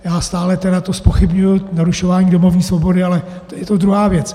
Já stále tedy to zpochybňuji narušování domovní svobody, ale je to druhá věc.